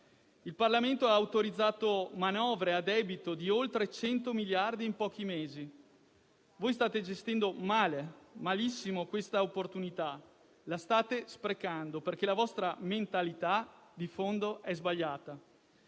Il Parlamento ha autorizzato manovre a debito di oltre 100 miliardi in pochi mesi. Voi state gestendo male, malissimo questa opportunità; la state sprecando, perché la vostra mentalità di fondo è sbagliata.